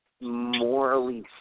morally